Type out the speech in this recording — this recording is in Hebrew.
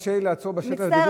קשה לי לעצור בשטף הדיבור.